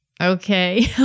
okay